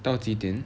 到几点